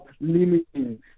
limiting